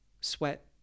Sweat